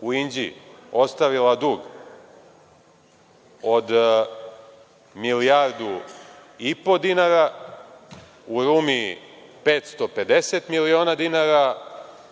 u Inđiji ostavila dug od milijardu i po dinara, u Rumi 550 miliona dinara,